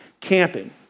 camping